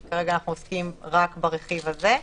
כי כרגע אנחנו עוסקים רק ברכיב הזה,